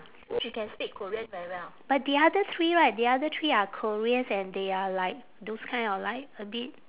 but the other three right the other three are koreans and they are like those kind of like a bit